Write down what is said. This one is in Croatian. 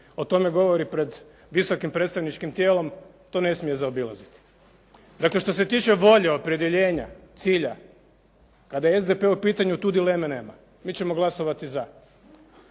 o tome govori pred visokim predstavničkim tijelom to ne smije zaobilaziti. Dakle, što se tiče volje, opredjeljenja, cilja kada je SDP u pitanju tu dileme nema. Mi ćemo glasovati za.